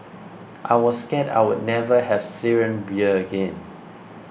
I was scared I'd never have Syrian beer again